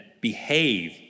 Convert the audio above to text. behave